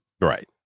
Right